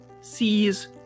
sees